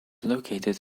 located